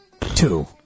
two